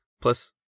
Plus